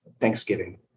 Thanksgiving